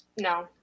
No